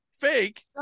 fake